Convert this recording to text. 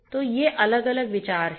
तो ये अलग अलग विचार हैं